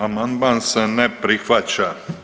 Amandman se ne prihvaća.